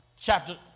chapter